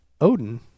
odin